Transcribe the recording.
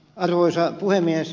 arvoisa puhemies